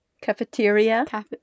Cafeteria